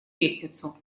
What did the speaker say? лестницу